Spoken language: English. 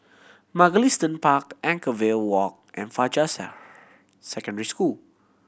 Mugliston Park Anchorvale Walk and Fajar Secondary School